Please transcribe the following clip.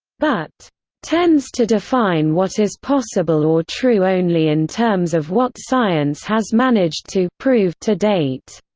but tends to define what is possible or true only in terms of what science has managed to prove to date